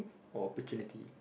or opportunity